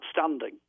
outstanding